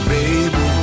baby